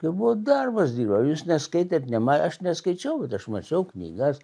tai buvo darbas dirba jūs neskaitėt nema aš neskaičiau bet aš mačiau knygas